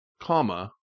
comma